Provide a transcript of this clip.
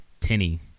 tinny